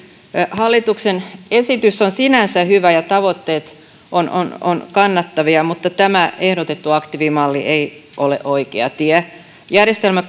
hallituksen esitys on sinänsä hyvä ja tavoitteet ovat kannattavia mutta tämä ehdotettu aktiivimalli ei ole oikea tie järjestelmä